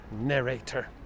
narrator